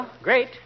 Great